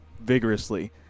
vigorously